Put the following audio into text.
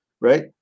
right